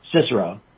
Cicero